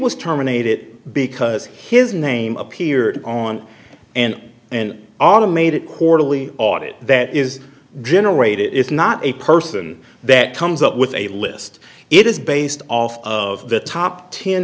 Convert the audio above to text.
was terminated because his name appeared on and an automated quarterly audit that is generated is not a person that comes up with a list it is based off of the top ten